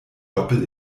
doppel